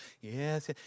yes